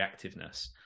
reactiveness